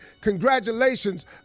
congratulations